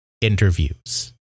interviews